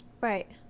Right